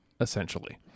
essentially